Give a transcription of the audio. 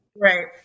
Right